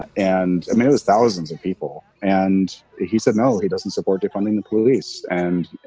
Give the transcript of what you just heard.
ah and i mean, there's thousands of people. and he said, no, he doesn't support defunding the police. and,